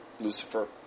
Lucifer